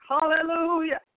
Hallelujah